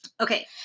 okay